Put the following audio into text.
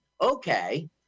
Okay